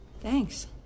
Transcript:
Thanks